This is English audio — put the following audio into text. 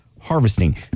harvesting